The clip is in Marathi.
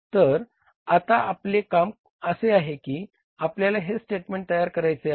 तर आता आपले काम असे आहे की आपल्याला हे स्टेटमेंट तयार करायचे आहे